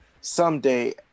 someday